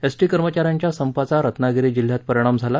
ST कर्मचाऱ्यांच्या संपाचा रत्नागिरी जिल्ह्यात परिणाम झाला